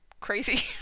crazy